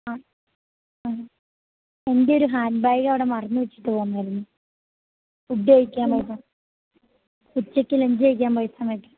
ആ ആ എന്റെയൊരു ഹാൻഡ് ബാഗ് അവിടെ മറന്നുവെച്ചു പോന്നിരുന്നു ഫുഡ് കഴിക്കാൻ നേരം ഉച്ചക്ക് ലഞ്ച് കഴിക്കാൻ പോയ സമയത്ത്